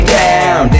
down